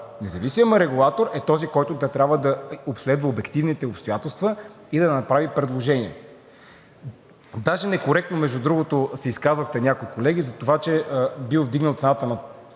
независимият регулатор, е този, който трябва да обследва обективните обстоятелства и да направи предложения. Даже некоректно, между другото, се изказвахте някои колеги за това, че бил вдигнал цената на